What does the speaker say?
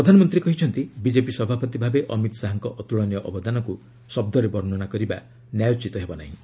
ପ୍ରଧାନମନ୍ତ୍ରୀ କହିଛନ୍ତି ବିଜେପି ସଭାପତି ଭାବେ ଅମିତ ଶାହାଙ୍କ ଅତ୍କଳନୀୟ ଅବଦାନକୁ ଶବ୍ଦରେ ବର୍ଷ୍ଣନା କରିବା ନ୍ୟାୟୋଚିତ ହେବନାହିଁ